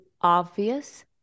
obvious